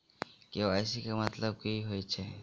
KYC केँ मतलब की होइ छै?